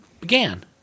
began